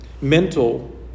mental